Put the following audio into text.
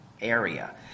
area